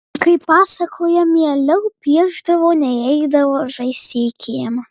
kaip pasakoja mieliau piešdavo nei eidavo žaisti į kiemą